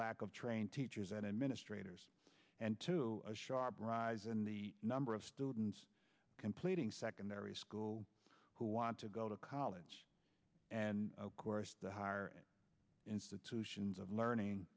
lack of trained teachers and administrators and to a sharp rise in the number of students completing secondary school who want to go to college and of course the higher institutions of learning